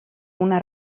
una